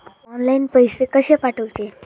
Online पैसे कशे पाठवचे?